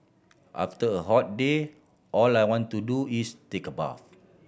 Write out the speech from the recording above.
after a hot day all I want to do is take a bath